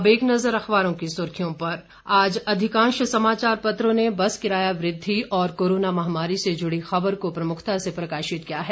अब एक नजर अखबारों की सुर्खियों पर आज अधिकांश समाचार पत्रों ने बस किराया वृद्धि और कोरोना महामारी से जुड़ी खबर को प्रमुखता से प्रकाशित किया है